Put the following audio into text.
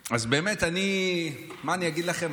באמת, מה אני אגיד לכם?